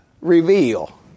reveal